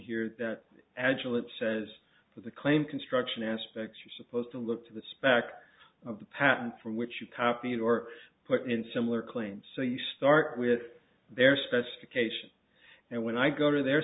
here that agilent says that the claim construction aspects are supposed to look to the spec of the patent for which you copied or put in similar claims so you start with their specifications and when i go to their